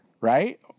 right